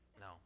No